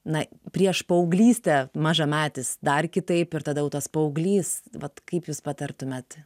na prieš paauglystę mažametis dar kitaip ir tada tas paauglys vat kaip jūs patartumėt